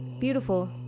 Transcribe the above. Beautiful